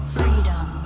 freedom